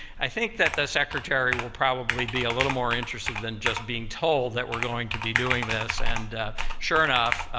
i think that the six secretary will probably be a little more interested than just being told that we're going to be doing this, and sure enough,